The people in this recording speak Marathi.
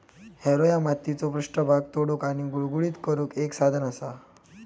हॅरो ह्या मातीचो पृष्ठभाग तोडुक आणि गुळगुळीत करुक एक साधन असा